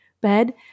bed